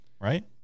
right